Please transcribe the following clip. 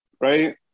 right